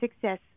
success